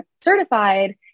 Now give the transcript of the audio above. certified